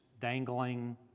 dangling